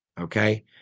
Okay